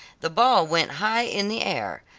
the ball went high in the air,